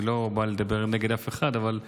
אני לא בא לדבר נגד אף אחד, אבל זה